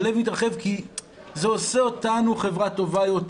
הלב מתרחב כי זה עושה אותנו חברה טובה יותר.